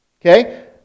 Okay